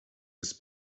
ist